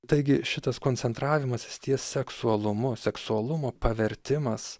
taigi šitas koncentravimasis ties seksualumu seksualumo pavertimas